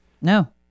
No